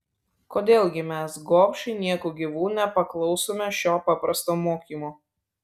kodėl gi mes gobšai nieku gyvu nepaklausome šio paprasto mokymo